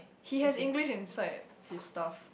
he has English inside his stuff